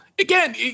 Again